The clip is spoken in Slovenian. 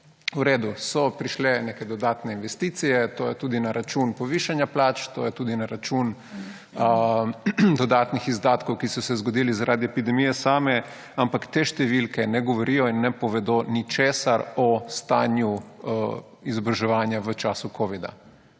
V redu, so prišle neke dodatne investicije, to je tudi na račun povišanja plač, to je tudi na račun dodatnih izdatkov, ki so se zgodili zaradi epidemije same, ampak te številke ne govorijo in ne povedo ničesar o stanju izobraževanja v času covida.